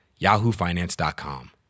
yahoofinance.com